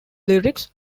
lyrics